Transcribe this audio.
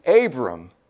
Abram